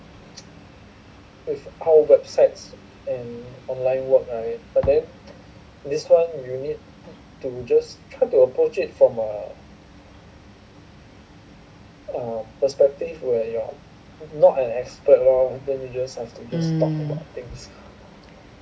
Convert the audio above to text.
mm